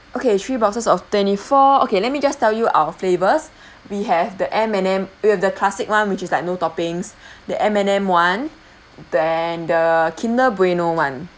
okay three boxes of twenty four okay let me just tell you our flavours we have the M&Ms we have the classic [one] which is like no toppings the M&Ms [one] then the Kinder Bueno [one]